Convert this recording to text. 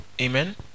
Amen